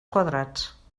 quadrats